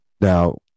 Now